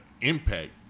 impact